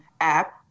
app